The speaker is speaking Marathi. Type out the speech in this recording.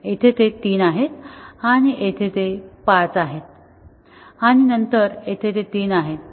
येथे ते 3 आहेत आणि येथे ते 5 आहेत आणि नंतर येथे ते 3 आहेत